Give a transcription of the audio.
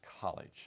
College